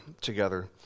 together